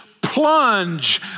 plunge